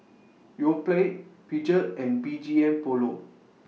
Yoplait Peugeot and B G M Polo